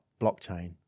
blockchain